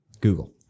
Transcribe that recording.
Google